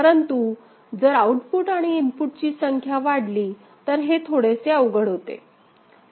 परंतु जर आउटपुट आणि इनपुटची संख्या वाढली तर हे थोडेसे अवघड होते